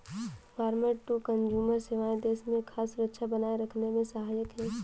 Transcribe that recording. farmer to consumer सेवाएं देश में खाद्य सुरक्षा बनाए रखने में सहायक है